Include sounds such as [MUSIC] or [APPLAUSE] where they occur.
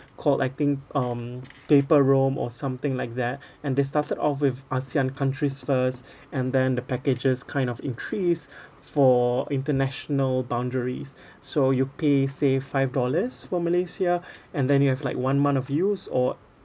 called I think um dataroam or something like that [BREATH] and they started off with ASEAN countries first [BREATH] and then the packages kind of increased [BREATH] for international boundaries [BREATH] so you pay say five dollars for malaysia [BREATH] and then you have like one month of use or